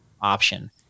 option